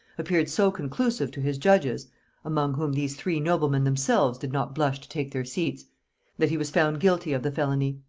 appeared so conclusive to his judges among whom these three noblemen themselves did not blush to take their seats that he was found guilty of the felony.